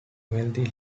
wealthy